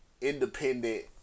independent